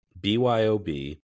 BYOB